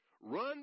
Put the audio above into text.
Run